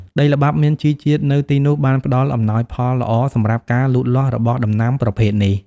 ដីល្បាប់មានជីជាតិនៅទីនោះបានផ្ដល់អំណោយផលល្អសម្រាប់ការលូតលាស់របស់ដំណាំប្រភេទនេះ។